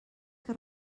que